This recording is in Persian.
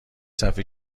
صفحه